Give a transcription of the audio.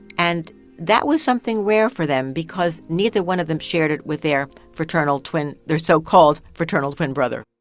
and that was something rare for them because neither one of them shared it with their fraternal twin their so-called fraternal twin brother